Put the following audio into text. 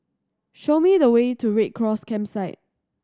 show me the way to Red Cross Campsite